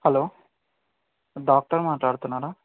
hello doctor మాట్లాడుతున్నారా